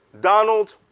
donald,